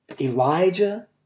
Elijah